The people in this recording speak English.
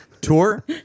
tour